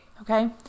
okay